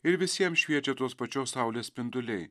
ir visiems šviečia tos pačios saulės spinduliai